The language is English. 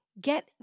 get